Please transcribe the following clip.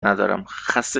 ندارم، خسته